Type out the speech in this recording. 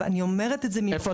אני אומרת את זה --- סליחה,